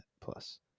plus